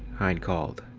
hein called.